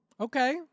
okay